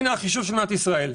הנה החישוב של מדינת ישראל.